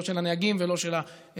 לא של הנהגים ולא של ה-Waze,